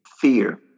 Fear